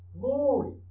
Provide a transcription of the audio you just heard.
glory